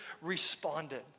responded